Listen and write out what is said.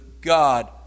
God